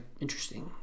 interesting